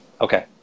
Okay